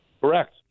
Correct